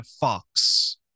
fox